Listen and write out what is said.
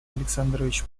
александрович